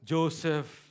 Joseph